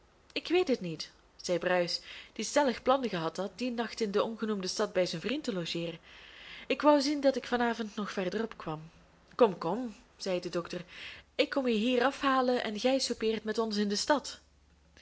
ik weet het niet zei bruis die stellig plan gehad had dien nacht in de ongenoemde stad bij zijn vriend te logeeren ik wou zien dat ik van avond nog verderop kwam kom kom zei de dokter ik kom u hier afhalen en gij soupeert met ons in de stad